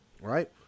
Right